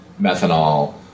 methanol